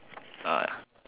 ah